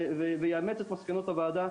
ויאמץ את מסקנות הוועדה,